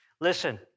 Listen